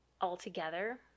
altogether